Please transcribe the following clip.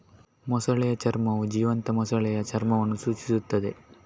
ಮೊಸಳೆಯ ಚರ್ಮವು ಜೀವಂತ ಮೊಸಳೆಯ ಚರ್ಮವನ್ನು ಸೂಚಿಸುತ್ತದೆ